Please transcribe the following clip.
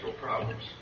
problems